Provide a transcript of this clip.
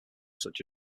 such